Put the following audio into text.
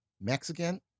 Mexican